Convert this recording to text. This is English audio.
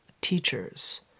teachers